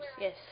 Yes